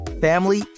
family